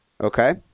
okay